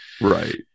right